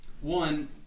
One